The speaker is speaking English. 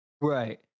right